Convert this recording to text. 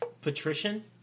Patrician